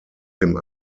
dem